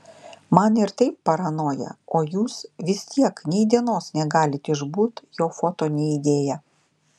man ir taip paranoja o jūs vis tiek nei dienos negalit išbūt jo foto neįdėję